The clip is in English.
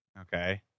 okay